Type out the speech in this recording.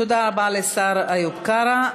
תודה רבה לשר איוב קרא.